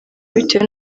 bitewe